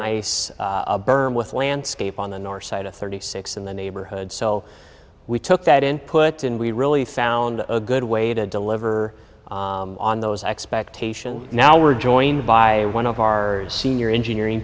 i burned with landscape on the north side of thirty six in the neighborhood so we took that input and we really found a good way to deliver on those expectations now we're joined by one of our senior engineering